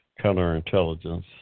Counterintelligence